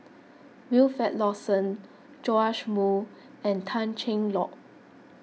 Wilfed Lawson Joash Moo and Tan Cheng Lock